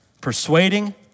Persuading